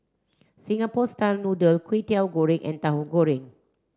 Singapore style noodle Kwetiau Goreng and Tahu Goreng